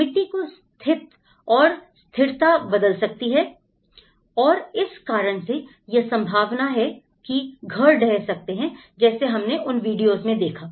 मिट्टी की स्थिति और स्थिरता बदल सकती है और इस कारण से यह संभावना है कि घर ढह सकते हैं जैसे हमने उन वीडियोस में देखा